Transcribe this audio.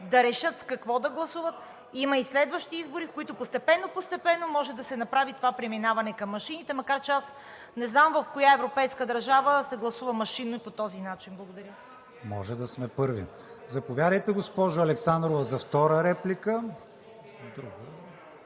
да решат с какво да гласуват. Има и следващи избори, в които постепенно, постепенно може да се направи това преминаване към машините, макар че аз не знам в коя европейска държава се гласува машинно и по този начин. Благодаря. (Реплики от „БСП за България“.)